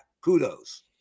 kudos